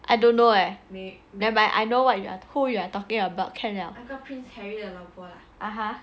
I don't know leh never mind I know what you are who you are talking about can liao